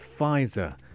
Pfizer